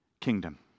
kingdom